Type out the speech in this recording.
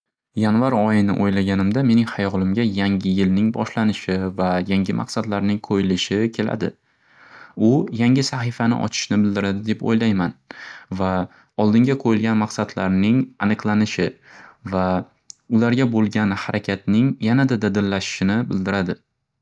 Yanvar oyini o'ylaganimda mening hayolimga yangi yilning boshlanishi va yangi maqsadlarning qo'yilishi keladi. U yangi sahifani ochishni bildiradi deb o'ylayman va oldinga qo'yilgan maqsadlarning aniqlanishi va ularga bo'lgan harakatning yanada dadillashishini bildiradi.